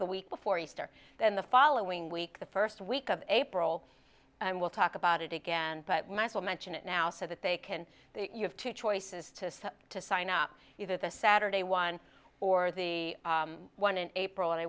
the week before easter then the following week the first week of april and we'll talk about it again but michael mentioned it now so that they can you have two choices to to sign up either the saturday one or the one in april and i